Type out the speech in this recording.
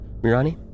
mirani